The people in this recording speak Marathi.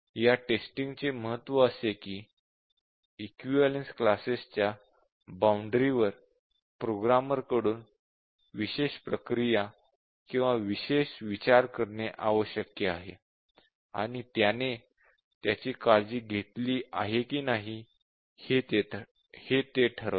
या टेस्टिंग चे महत्त्व असे की इक्विवलेन्स क्लासेसच्या बाउंडरीवर प्रोग्रामरकडून विशेष प्रक्रिया किंवा विशेष विचार करणे आवश्यक आहे आणि त्याने त्याची काळजी घेतली आहे की नाही हे ते ठरवते